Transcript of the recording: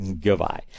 Goodbye